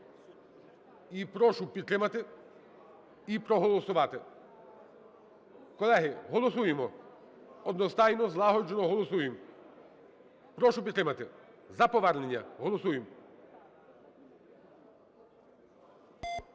і прошу підтримати і проголосувати. Колеги, голосуємо одностайно, злагоджено голосуємо. Прошу підтримати за повернення, голосуємо.